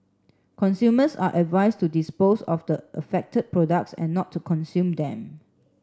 consumers are advise to dispose of the affected products and not to consume them